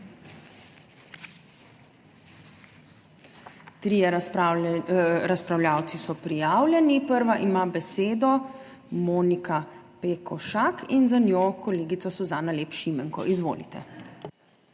trije razpravljavci. Prva ima besedo Monika Pekošak in za njo kolegica Suzana Lep Šimenko. Izvolite.